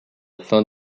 fin